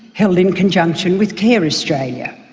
held in conjunction with care australia.